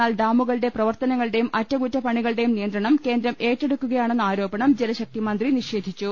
എന്നാൽ ഡാമുകളുടെ പ്രവർത്തനങ്ങളുടെയും അറ്റകുറ്റപ്പണികളുടെയും നിയന്ത്രണം കേന്ദ്രം ഏറ്റെടുക്കു കയണെന്ന ആരോപണം ജലശക്തിമന്ത്രി നിഷേധിച്ചു